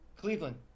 Cleveland